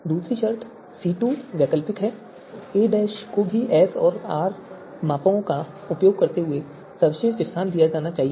दूसरी शर्त C2 वैकल्पिक है a को भी S और R मापों का उपयोग करते हुए सर्वश्रेष्ठ स्थान दिया जाना चाहिए